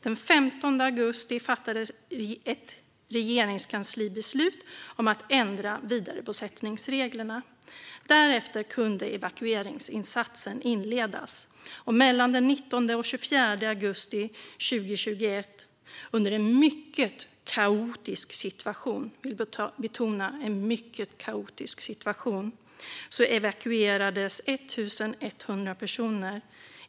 Den 15 augusti fattades ett regeringskanslibeslut om att ändra vidarebosättningsreglerna. Därefter kunde evakueringsinsatsen inledas. Gransknings-betänkandeHandläggning av regeringsärenden m.m. Mellan den 19 och 24 augusti 2021 i en mycket kaotisk situation - jag vill betona att den var mycket kaotisk - evakuerades 1 100 personer.